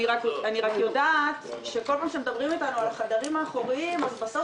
אני רק יודעת שכל פעם שמדברים איתנו על החדרים האחוריים אז בסוף